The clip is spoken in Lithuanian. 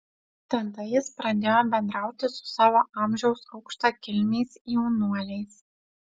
tada jis pradėjo bendrauti su savo amžiaus aukštakilmiais jaunuoliais